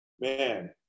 Man